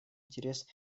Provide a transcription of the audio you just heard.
интерес